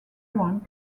one